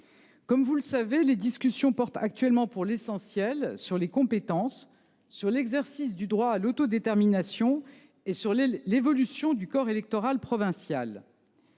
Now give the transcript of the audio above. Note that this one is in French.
Comme vous le savez également, les discussions portent actuellement pour l'essentiel sur les compétences, sur l'exercice du droit à l'autodétermination et sur l'évolution du corps électoral provincial.